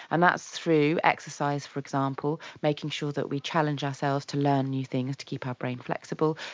and that's through exercise, for example, making sure that we challenge ourselves to learn new things, to keep our brain flexible,